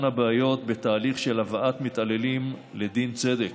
הבעיות בתהליך של הבאת מתעללים לדין צדק.